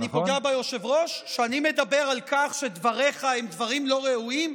אני פוגע ביושב-ראש כשאני מדבר על כך שדבריך הם דברים לא ראויים?